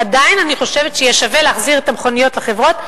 עדיין אני חושבת שיהיה שווה להחזיר את המכוניות לחברות.